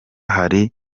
hari